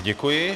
Děkuji.